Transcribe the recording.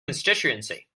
constituency